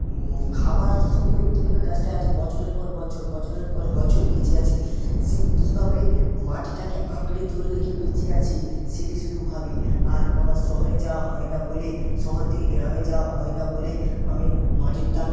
খাবার শোষণ করে কীভাবে গাছটা এত বছরের পর বছর বছরের পর বছর বেঁচে আছে সে কীভাবে মাটিটাকে আঁকড়ে ধরে রেখে বেঁচে আছে সেটি শুধু ভাবি আর আমার শহরে যাওয়া হয়না বলে শহর থেকে গ্রামে যাওয়া হয় না বলে আমি মাটির টান